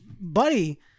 buddy